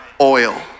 oil